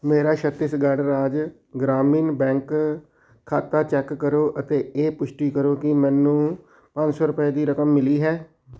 ਮੇਰਾ ਛੱਤੀਸਗੜ੍ਹ ਰਾਜ ਗ੍ਰਾਮੀਣ ਬੈਂਕ ਖਾਤਾ ਚੈੱਕ ਕਰੋ ਅਤੇ ਇਹ ਪੁਸ਼ਟੀ ਕਰੋ ਕਿ ਮੈਨੂੰ ਪੰਜ ਸੌ ਰੁਪਏ ਦੀ ਰਕਮ ਮਿਲੀ ਹੈ